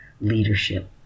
leadership